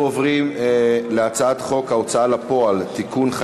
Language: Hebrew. אנחנו עוברים להצעת חוק ההוצאה לפועל (תיקון,